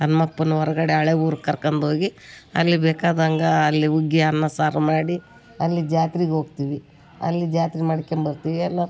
ಹನುಮಪ್ಪನ್ ಹೊರ್ಗಡೆ ಹಳೆ ಊರಿಗ್ ಕರ್ಕಂಡೋಗಿ ಅಲ್ಲಿ ಬೇಕಾದಂಗೆ ಅಲ್ಲಿ ಹುಗ್ಗಿ ಅನ್ನ ಸಾರು ಮಾಡಿ ಅಲ್ಲಿ ಜಾತ್ರೆಗ್ ಹೋಗ್ತೀವಿ ಅಲ್ಲಿ ಜಾತ್ರೆ ಮಾಡಿಕೊಂಬರ್ತೀವಿ ಎಲ್ಲ